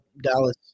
Dallas